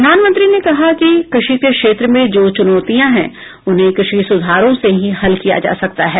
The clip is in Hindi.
प्रधानमंत्री ने कहा कि कृषि के क्षेत्र में जो चुनौतियां हैं उन्हें कृषि सुधारों से ही हल किया जा सकता है